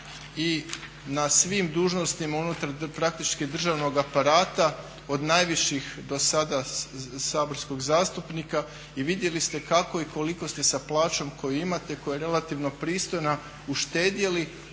i na svim dužnostima unutar praktički državnog aparata od najviših do sada saborskog zastupnika i vidjeli ste kako i koliko ste sa plaćom koju imate, koja je relativno pristojna uštedjeli,